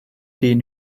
den